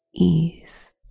ease